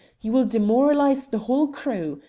you will demoralize the whole crew.